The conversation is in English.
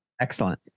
Excellent